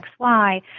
XY